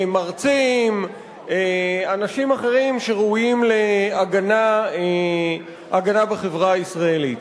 מרצים, אנשים אחרים שראויים להגנה בחברה הישראלית.